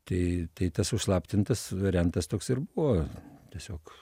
tai tai tas užslaptintas variantas toks ir buvo tiesiog